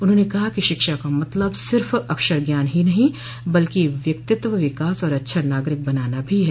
उन्होंने कहा कि शिक्षा का मतलब सिफ अक्षर ज्ञान ही नहीं बल्कि व्यक्तित्व विकास और अच्छा नागरिक बनाना भी है